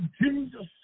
Jesus